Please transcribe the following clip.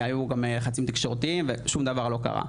היו גם לחצים תקשורתיים ושום דבר לא קרה.